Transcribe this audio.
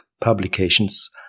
publications